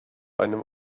einem